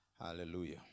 Hallelujah